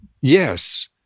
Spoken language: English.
yes